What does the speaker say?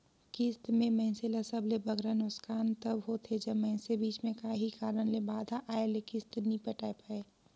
किस्त में मइनसे ल सबले बगरा नोसकान तब होथे जब मइनसे बीच में काहीं कारन ले बांधा आए ले किस्त नी पटाए पाए